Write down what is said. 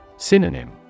Synonym